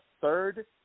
third